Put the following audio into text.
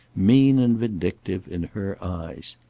mean and vindictive, in her eyes.